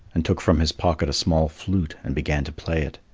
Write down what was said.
and took from his pocket a small flute and began to play it.